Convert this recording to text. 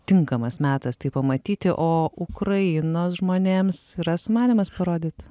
tinkamas metas tai pamatyti o ukrainos žmonėms yra sumanymas parodyt